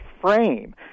frame